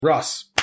Ross